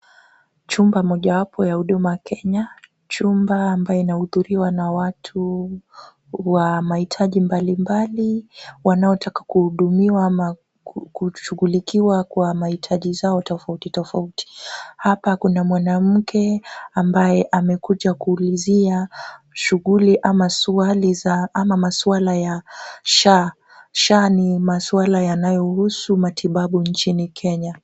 Chumba mojawapo ya Huduma Kenya, chumba ambayo inahudhuriwa na watu wa mahitaji mbalimbali wanaotaka kuhudumiwa ama kushughulikiwa kwa mahitaji tofautitofauti. Hapa kuna mwanamke ambaye amekuja kuulizia shughuli ama swali ama maswala ya SHA. SHA maswala yanayohusu matibabu nchini Kenya.